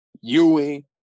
Ewing